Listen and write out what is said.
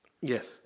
Yes